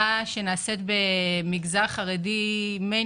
הן במגזר החרדי והן במגזר